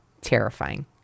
Terrifying